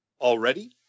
already